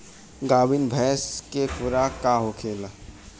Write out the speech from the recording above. गाभिन भैंस के खुराक का होखे?